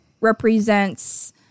represents